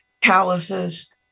calluses